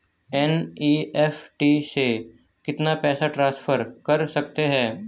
NEFT से कितना पैसा ट्रांसफर कर सकते हैं?